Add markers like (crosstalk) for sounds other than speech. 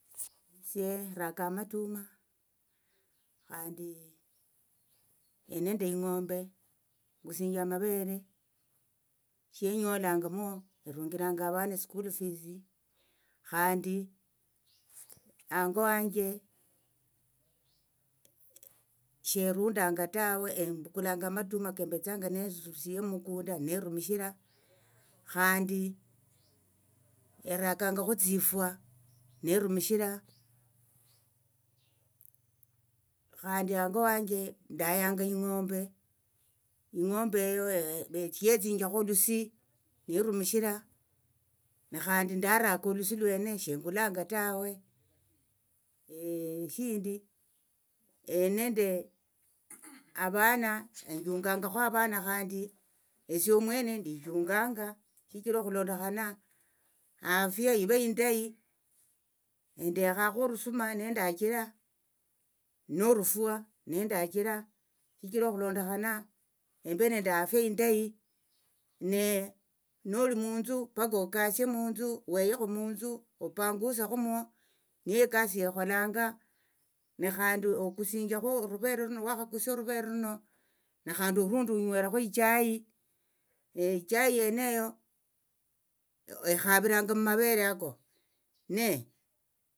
Esie raka amatuma khandi endi nende ing'ombe ingusinjia amavere shinyolanga mwo irunjiranga avana eskulu fisi khandi hango wanje sherundanga tawe embukulanga amatuma kembetsanga nerusie mukunda nerumishira khandi erakangakho tsifwa nerumishira khandi hango wanje ndayanga ing'ombe ndayanga ing'ombe ing'ombe eyo echihe olusi niirumishira na khandi naraka nolusi olusi lwene shengulanga tawe (hesitation) eshindi endi nende avana enjungangakho avana khandi esie omwene ndichunganga shichira okhulondokhana afia ive indayi endekhakho orusuma nendachira norufwa nendachira shichira okhulondokhana embe nende afia indayi nehe noli munthu paka okasie munthu weyekho munthu opangusekhomo niyo ekasi yekholanga nekhandi okusinjiakhu oruvere runo wakhakusia oruvere runo nekhandi orundu onywerakho ichai echai yeneyo ikhaviranga mumavere ako ne